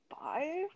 five